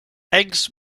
eggs